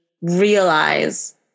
realize